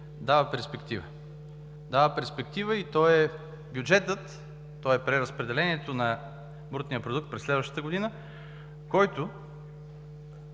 дава перспектива. Дава перспектива и той е бюджетът, той е преразпределението на брутния продукт през следващата година, който